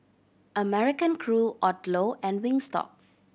American Crew Odlo and Wingstop